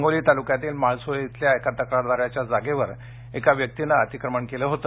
हिंगोली तालुक्यातील माळसेलू येथील इथं तक्रारदाराच्या जागेवर एका व्यक्तीने अतिक्रमण केले होते